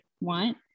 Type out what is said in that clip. want